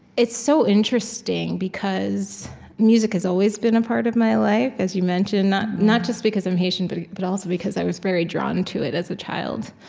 it's so interesting, because music has always been a part of my life, as you mentioned not not just because i'm haitian, but but also because i was very drawn to it, as a child.